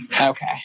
Okay